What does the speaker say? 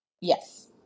Yes